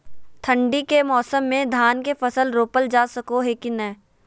ठंडी के मौसम में धान के फसल रोपल जा सको है कि नय?